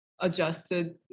adjusted